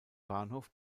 bahnhof